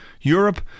Europe